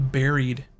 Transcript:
buried